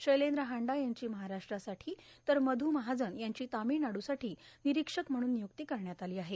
शैलद्र हांडा यांची महाराष्ट्रासाठी तर मध् महाजन यांची तार्मिळनाडूसाठी निरोक्षक म्हणून नियूक्ती करण्यात आली आहे